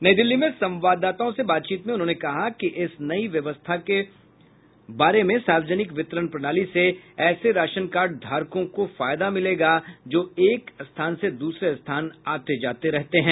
नई दिल्ली में संवाददाताओं से बातचीत में उन्होंने कहा कि इस नई व्यवस्था से कई सार्वजनिक वितरण प्रणाली से ऐसे राशन कार्ड धारकों को फायदा मिलेगा जो एक स्थान से दूसरे स्थान आते जाते रहते हैं